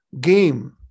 game